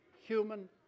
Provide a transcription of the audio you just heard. human